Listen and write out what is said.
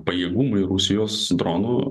pajėgumai rusijos dronų